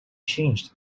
changed